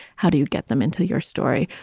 how do you get them into your story?